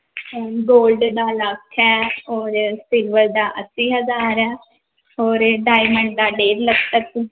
gold ਦਾ ਲੱਖ ਹੈ ਔਰ ਸਿਲਵਰ ਦਾ ਅੱਸੀ ਹਜ਼ਾਰ ਹੈ ਅਤੇ ਡਾਇਮੰਡ ਦਾ ਡੇਢ ਲੱਖ ਤੱਕ